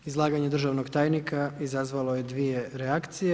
Izlaganje državnog tajnika izazvalo je dvije reakcije.